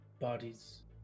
bodies